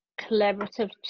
collaborative